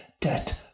Debt